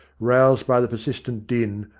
roused by the persist ent din,